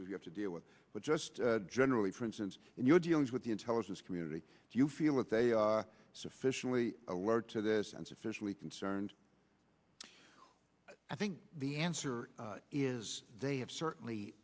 issues you have to deal with but just generally for instance in your dealings with the intelligence community do you feel that they are sufficiently alert to this and sufficiently concerned i think the answer is they have certainly